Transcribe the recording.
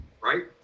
Right